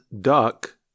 duck